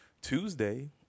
Tuesday